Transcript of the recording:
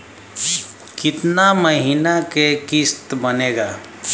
कितना महीना के किस्त बनेगा?